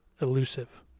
elusive